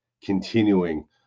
continuing